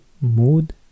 Mood